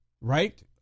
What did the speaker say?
right